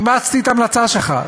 אימצתי את ההמלצה שלך.